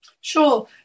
Sure